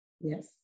Yes